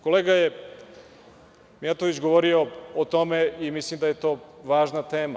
Kolega Mijatović je govorio o tome i mislim da je to važna tema.